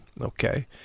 Okay